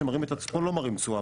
פה לא מראים תשואה,